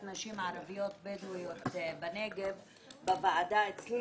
נשים ערביות בדואיות בנגב בוועדה אצלי,